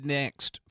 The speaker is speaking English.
next